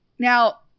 Now